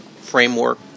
framework